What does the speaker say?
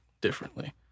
differently